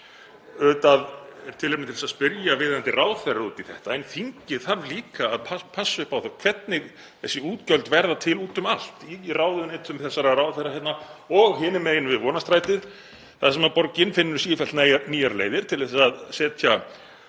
Auðvitað er tilefni til að spyrja viðeigandi ráðherra út í þetta en þingið þarf líka að passa upp á það hvernig þessi útgjöld verða til úti um allt, í ráðuneytum þessara ráðherra hér og hinum megin við Vonarstrætið þar sem borgin finnur sífellt nýjar leiðir til að setja